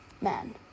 man